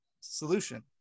solution